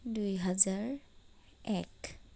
দুই হাজাৰ এক